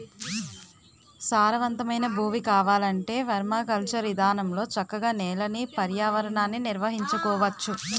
సారవంతమైన భూమి కావాలంటే పెర్మాకల్చర్ ఇదానంలో చక్కగా నేలని, పర్యావరణాన్ని నిర్వహించుకోవచ్చు